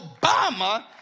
Obama